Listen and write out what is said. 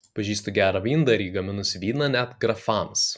pažįstu gerą vyndarį gaminusi vyną net grafams